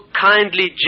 kindly